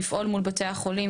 לפעול מול בתי החולים,